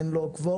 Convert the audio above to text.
אין לה קוורום.